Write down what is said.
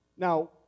Now